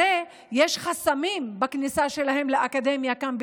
הרי יש חסמים בכניסה שלהם לאקדמיה כאן,